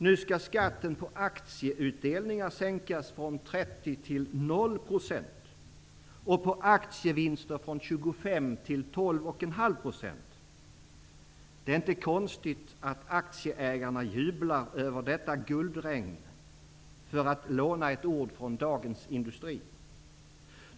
Nu skall skatten på aktieutdelningar sänkas från 30 % till 0 % och på aktievinster från 25 % till 12,5 %. Det är inte konstigt att aktieägarna jublar över detta guldregn, för att låna ett ord från Dagens Industri.